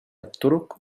الطرق